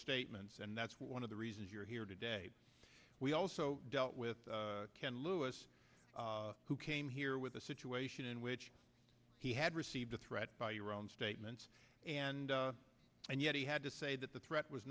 statements and that's one of the reasons you're here today we also dealt with ken lewis who came here with a situation in which he had received the threat by your own statements and yet he had to say that the threat was